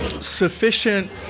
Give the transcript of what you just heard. sufficient